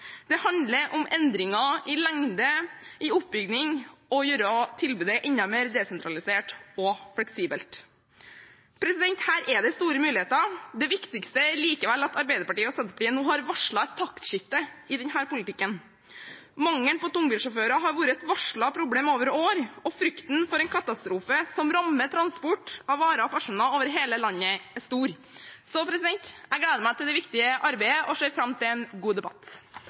Det handler om endringer i lengde og oppbygning og å gjøre tilbudet enda mer desentralisert og fleksibelt. Her er det store muligheter. Det viktigste er likevel at Arbeiderpartiet og Senterpartiet nå har varslet et taktskifte i denne politikken. Mangelen på tungbilsjåfører har vært et varslet problem over år, og frykten for en katastrofe som rammer transport av varer og personer over hele landet, er stor. Jeg gleder meg til det viktige arbeidet og ser fram til en god debatt.